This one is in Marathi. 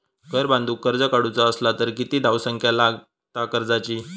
घर बांधूक कर्ज काढूचा असला तर किती धावसंख्या लागता कर्जाची?